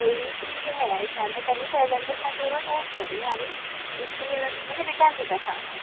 पयली ती ये एसायंनमेन्ट आनी प्रेजेन्टेशन धरून एक जाली आनी दुसरी आसा तेणी रिटर्न दिता सांगला